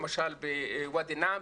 למשל בוואדי נעם.